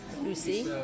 Lucy